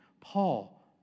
Paul